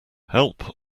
help